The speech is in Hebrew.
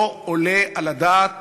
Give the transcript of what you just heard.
לא עולה על הדעת